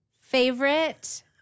favorite